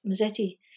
Mazzetti